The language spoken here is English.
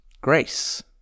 Grace